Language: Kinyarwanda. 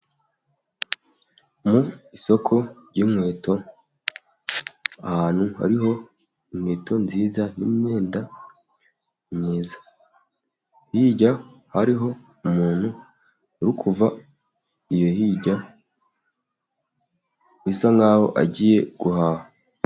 Mu isoko ry'inkweto, ahantu hariho inkweto nziza n'imyenda myiza, hirya hariho umuntu uri kuva iyo hirya, bisa nk'aho agiye guhaha.